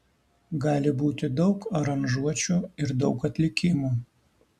gali būti daug aranžuočių ir daug atlikimų